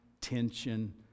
tension